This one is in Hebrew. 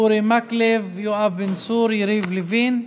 אורי מקלב, יואב בן צור, יריב לוין.